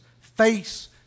face